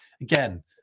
again